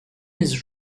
his